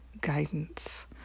guidance